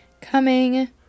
Coming